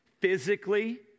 physically